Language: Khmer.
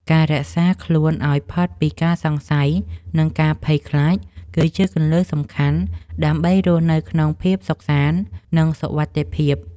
ការរក្សាខ្លួនឱ្យផុតពីការសង្ស័យនិងការភ័យខ្លាចគឺជាគន្លឹះសំខាន់ដើម្បីរស់នៅក្នុងភាពសុខសាន្តនិងសុវត្ថិភាព។